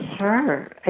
Sure